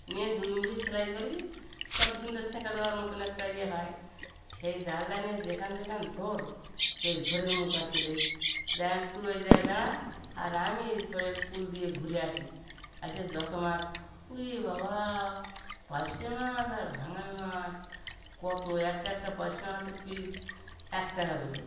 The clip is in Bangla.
নিয়ে দুই মুখে সেলাই করলে কত সুন্দর ছেঁকে দেওয়ার মতন একটা ইয়ে হয় সেই জালটা নিয়ে যেখান যেখান ঝড় সেই ঝড়ের মুখ আটকে দিই দেখে তুই এই জায়গায় দাঁড়া আর আমি এই ঝড়ের কূল দিয়ে ঘুরে আসি আসে যত মাছ উড়ি বাবা পারশে মাছ আর ভাঙাল মাছ কত একটা একটা পারশে মাছের পিস এক টাকা করে